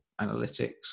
analytics